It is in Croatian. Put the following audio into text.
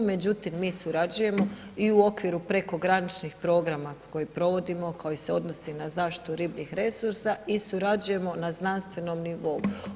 Međutim, mi surađujemo i u okviru prekograničnih programa koje provodimo, koji se odnosi na zaštitu ribljih resursa i surađujemo na znanstvenom nivou.